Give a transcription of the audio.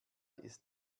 ist